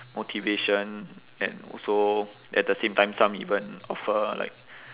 motivation and also at the same time some even offer like